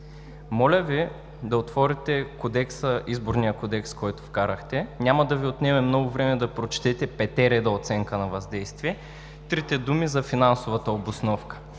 Моля Ви да отворите Изборния кодекс, който вкарахте. Няма да Ви отнеме много време да прочетете петте реда оценка на въздействие, трите думи за финансовата обосновка.